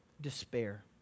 despair